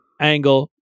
Angle